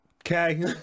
Okay